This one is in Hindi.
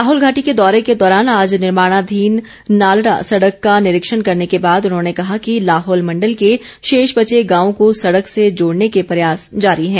लाहौल घाटी के दौरे के दौरान आज निर्माणाधीन नालडा सड़क का निरीक्षण करने के बाद उन्होंने कहा कि लाहौल मण्डल के शेष बचे गांवों को सड़क से जोड़ने के प्रयास जारी हैं